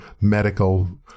medical